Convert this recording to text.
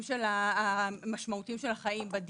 אני מזכירה,